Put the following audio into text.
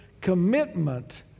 commitment